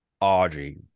Audrey